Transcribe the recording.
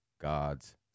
God's